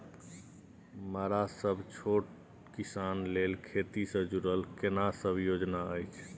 मरा सब छोट किसान लेल खेती से जुरल केना सब योजना अछि?